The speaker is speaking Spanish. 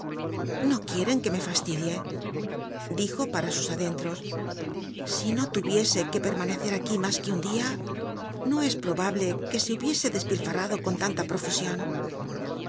no quieren que me faslidic dijo para sus adenlros si no ltll'iese que permanecer aquí mas que un dia biblioteca nacional de españa no es probable que se hubiese despilfarrado con lanla profusion